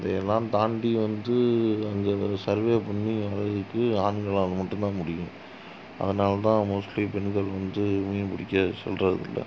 அதை எல்லாம் தாண்டி வந்து அங்கே சர்வே பண்ணி வர்றதுக்கு ஆண்களால் மட்டுந்தான் முடியும் அதனால்தான் மோஸ்ட்லி பெண்கள் வந்து மீன் பிடிக்க செல்கிறதில்ல